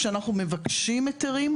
כשאנחנו מבקשים היתרים,